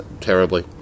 terribly